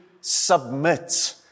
submit